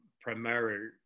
primary